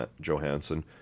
Johansson